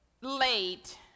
late